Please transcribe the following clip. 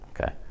Okay